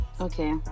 okay